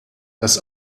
das